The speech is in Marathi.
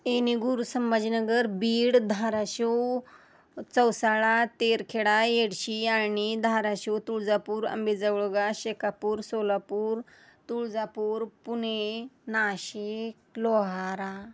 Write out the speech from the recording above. येणेगूर संभाजीनगर बीड धारशिव चौसाळा तेरखेडा येडशी आळणी धारशिव तुळजापूर अंबेजवळगा शेकापूर सोलापूर तुळजापूर पुणे नाशिक लोहारा